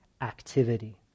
activity